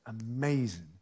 amazing